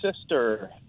sister